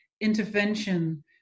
intervention